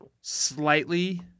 slightly